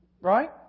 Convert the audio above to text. Right